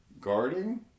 guarding